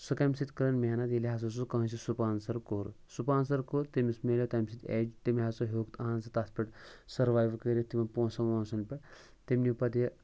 سُہ کٔمۍ سۭتۍ کٔرٕن محنت ییٚلہِ ہَسا سُہ کٲنٛسہِ سُپانسَر کوٚر سُپانسَر کوٚر تٔمِس ملیو تَمہِ سۭتۍ ایج تٔمۍ ہَسا ہیوٚک اہن سہ تَتھ پٮ۪ٹھ سٔروایِو کٔرِتھ تِمَن پونٛسَن وونٛسَن پٮ۪ٹھ تٔمۍ نیوٗ پَتہٕ یہِ